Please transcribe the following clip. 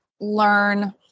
learn